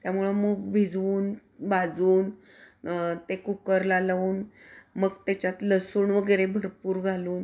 त्यामुळं मूग भिजवून भाजून ते कुकरला लावून मग त्याच्यात लसूण वगैरे भरपूर घालून